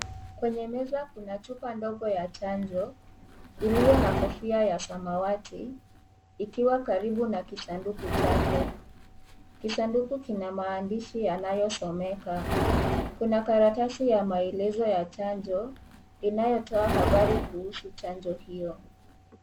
Kwenye meza kuna chupa ndogo ya chanjo iliyo na kofia ya samawati ikiwa karibu na kisanduku chake. Kisanduku kina maandishi yanayosomeka. Kuna karatasi ya maelezo ya chanjo inayotoa habari kuhusu chanjo hiyo.